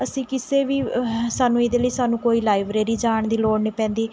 ਅਸੀਂ ਕਿਸੇ ਵੀ ਸਾਨੂੰ ਇਹਦੇ ਲਈ ਸਾਨੂੰ ਕੋਈ ਲਾਈਬ੍ਰੇਰੀ ਜਾਣ ਦੀ ਲੋੜ ਨਹੀਂ ਪੈਂਦੀ